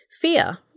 Fear